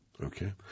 Okay